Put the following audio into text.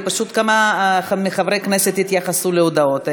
וכמה חברי כנסת התייחסו להודעות האלה,